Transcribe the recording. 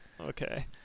Okay